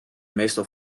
meestal